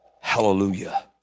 Hallelujah